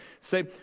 say